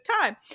time